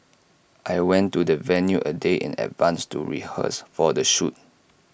I went to the venue A day in advance to rehearse for the shoot